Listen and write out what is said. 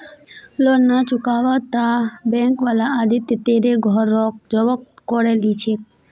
loan ना चुकावाता bank वाला आदित्य तेरे घर रोक जब्त करो ली छे